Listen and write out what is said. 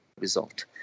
result